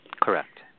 Correct